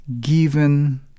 given